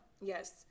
Yes